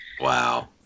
Wow